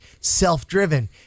self-driven